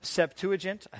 Septuagint